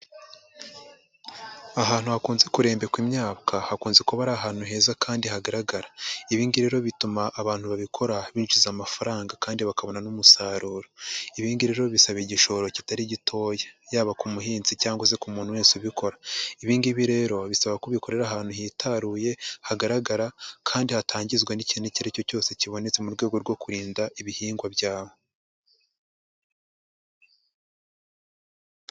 Ahantu hakunze kurembekwa imyaka hakunze kuba ari ahantu heza kandi hagaragara. Ibi ngibi rero bituma abantu babikora binjiza amafaranga kandi bakabona n'umusaruro. Ibi ngibi rero bisaba igishoro kitari gitoya yaba ku muhinzi cyangwa se ku muntu wese ubikora. Ibi ngibi rero bisaba ko ubikorera ahantu hitaruye hagaragara kandi hatangizwa n'ikintu icyo ari cyo cyose kibonetse mu rwego rwo kurinda ibihingwa byabo.